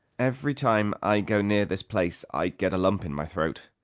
every time i go near this place i get a lump in my throat!